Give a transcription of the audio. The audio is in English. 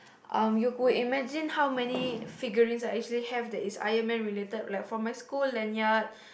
um you could imagine how many figurines I actually have that is Iron-man related like my school lanyard